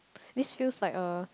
this feel like a